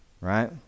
Right